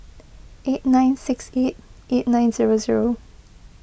eight nine six eight eight nine zero zero